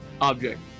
object